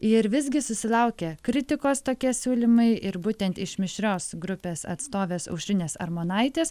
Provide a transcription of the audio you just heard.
ir visgi susilaukia kritikos tokie siūlymai ir būtent iš mišrios grupės atstovės aušrinės armonaitės